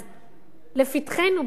אז לפתחנו,